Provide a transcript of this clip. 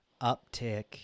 uptick